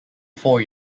four